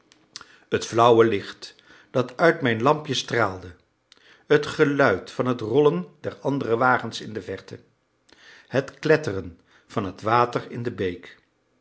het flauwe licht dat uit mijn lampje straalde het geluid van het rollen der andere wagens in de verte het kletteren van het water in de beek